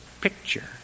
picture